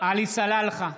עלי סלאלחה,